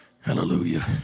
hallelujah